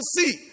see